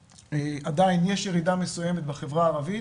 עדיין יש ירידה מסוימת בחברה הערבית,